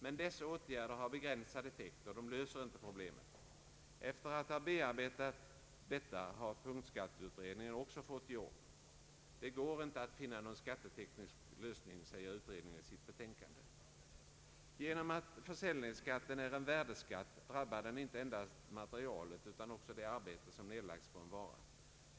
Men dessa åtgärder har begränsad effekt och de löser inte problemet. Efter att ha bearbetat detta har punktskatteutredningen också fått ge upp. Det går inte att finna någon skatteteknisk lösning, säger utredningen i sitt betänkande. Genom att försäljningsskatten är en värdeskatt drabbar den inte endast materialet utan också det arbete som nedlagts på en vara.